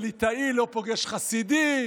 ליטאי לא פוגש חסידי,